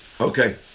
Okay